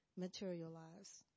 materialize